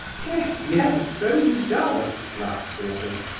yes, yes, so he does, laughed the others.